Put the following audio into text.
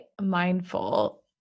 mindful